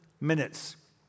minutes